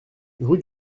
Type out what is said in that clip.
rue